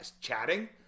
chatting